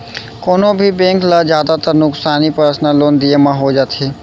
कोनों भी बेंक ल जादातर नुकसानी पर्सनल लोन दिये म हो जाथे